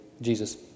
Jesus